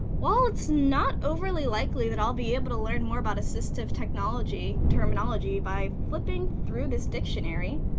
while it's not overly likely that i'll be able to learn more about assistive technology terminology by flipping through this dictionary,